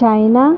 China